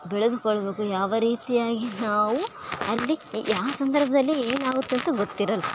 ಬೆಳೆದುಕೊಳ್ಬೇಕು ಯಾವ ರೀತಿಯಾಗಿ ನಾವು ಅಲ್ಲಿ ಯಾವ ಸಂದರ್ಭದಲ್ಲಿ ಏನಾಗುತ್ತೆ ಅಂತ ಗೊತ್ತಿರೋಲ್ಲ